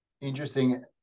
Interesting